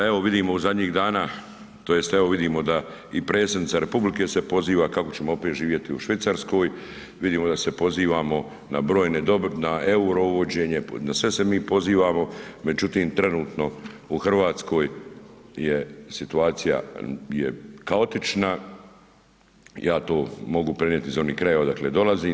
A evo vidimo zadnjih dana, tj. evo vidimo da i predsjednica Republike se poziva kako ćemo opet živjeti u Švicarskoj, vidimo da se pozivamo na brojne, na euro uvođenje, na sve se mi pozivamo, međutim trenutno u Hrvatskoj je situacija je kaotična, ja to mogu prenijeti iz onih krajeva odakle dolazim.